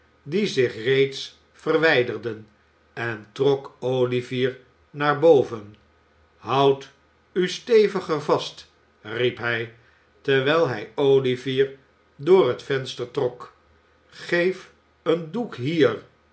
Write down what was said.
die zich reeds verwijderden en trok olivier naar boven houd u steviger vast riep hij terwijl hij olivier door het venster trok geef een doek hier